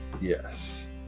Yes